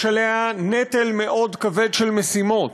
יש עליה נטל כבד מאוד של משימות.